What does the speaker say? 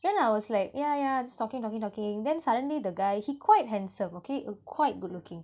then I was like yeah yeah just talking talking talking then suddenly the guy he quite handsome okay quite good looking